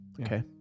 Okay